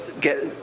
get